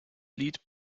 lied